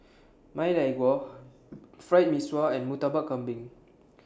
Ma Lai Gao Fried Mee Sua and Murtabak Kambing